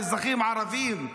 האזרחים הערבים,